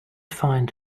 find